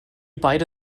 beide